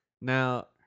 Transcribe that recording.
Now